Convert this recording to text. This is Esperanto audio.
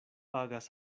agas